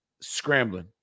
scrambling